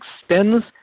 extends